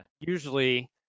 usually